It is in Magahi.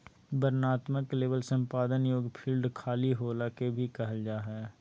वर्णनात्मक लेबल संपादन योग्य फ़ील्ड खाली होला के भी कहल जा हइ